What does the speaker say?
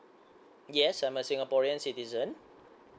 yes I'm a singaporean citizen